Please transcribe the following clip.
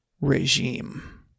regime